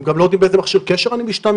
הם גם לא יודעים באיזה מכשיר קשר אני משתמש,